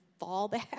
fallback